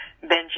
benjamin